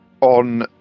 on